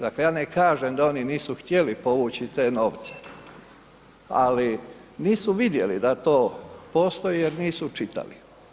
Dakle, ja ne kažem da oni nisu htjeli povući te novce, ali nisu vidjeli da to postoji jer nisu čitali.